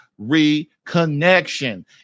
reconnection